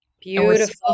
Beautiful